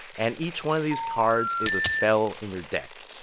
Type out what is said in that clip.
and each one of these cards is a spell in your deck.